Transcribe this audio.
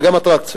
וגם אטרקציות.